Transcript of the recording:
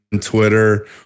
twitter